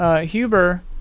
Huber